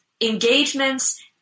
engagements